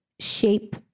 shape